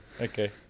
Okay